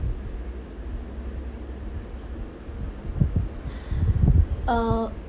uh